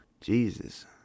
Jesus